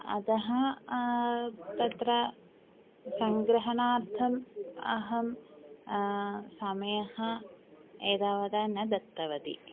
अतः तत्र सङ्ग्रहणार्थम् अहं समयः एतावता न दत्तवती